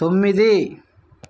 తొమ్మిది